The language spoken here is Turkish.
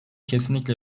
kesinlikle